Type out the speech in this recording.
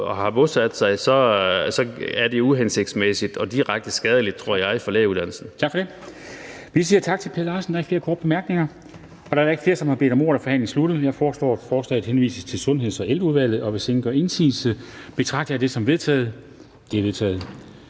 og har bosat sig et sted, er det uhensigtsmæssigt og direkte skadeligt, tror jeg, for lægeuddannelsen. Kl. 14:15 Formanden (Henrik Dam Kristensen): Tak for det. Vi siger tak til Per Larsen. Der er ikke flere korte bemærkninger. Og da der ikke er flere, der har bedt om ordet, er forhandlingen sluttet. Jeg foreslår, at forslaget henvises til Sundheds- og Ældreudvalget, og hvis ingen gør indsigelse, betragter jeg det som vedtaget. Det er vedtaget.